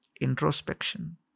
introspection